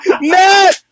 Matt